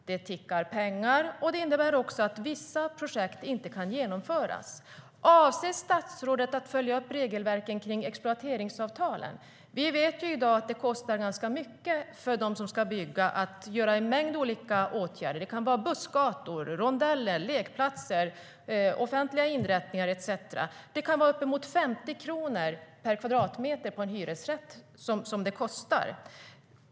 Det innebär också att vissa projekt inte kan genomföras. Avser statsrådet att följa upp regelverket om exploateringsavtalen? Vi vet i dag att det kostar ganska mycket för dem som ska bygga att vidta olika åtgärder. Det kan handla om bussgator, rondeller, lekplatser, offentliga inrättningar etcetera. Det kan vara uppemot 50 kronor per kvadratmeter i en hyresrätt som detta kostar.